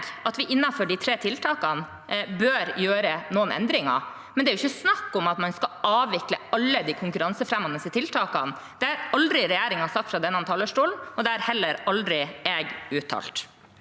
at vi, innenfor de tre tiltakene, bør gjøre noen endringer, men det er ikke snakk om at man skal avvikle alle de konkurransefremmende tiltakene. Det har aldri regjeringen sagt fra denne talerstolen, og det har heller aldri jeg uttalt.